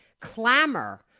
clamor